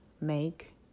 make